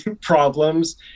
problems